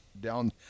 down